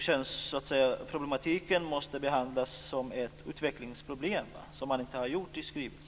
Könsproblematiken måste behandlas som ett utvecklingsproblem. Det har man inte gjort i skrivelsen.